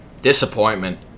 disappointment